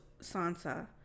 Sansa